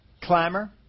clamor